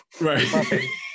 Right